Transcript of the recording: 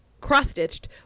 Cross-stitched